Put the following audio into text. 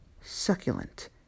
succulent